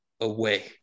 away